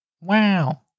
Wow